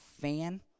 fan